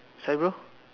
sorry bro